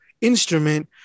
instrument